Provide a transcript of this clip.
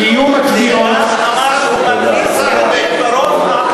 מה שהוא הכיר בזכותם ההיסטורית,